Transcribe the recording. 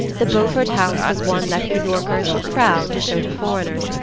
the beaufort house was one that new yorkers were proud to show to foreigners,